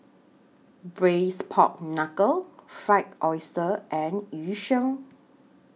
Braised Pork Knuckle Fried Oyster and Yu Sheng